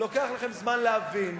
לוקח לכם זמן להבין,